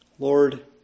Lord